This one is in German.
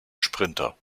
sprinter